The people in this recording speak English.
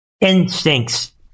instincts